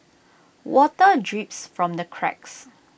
water drips from the cracks